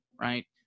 Right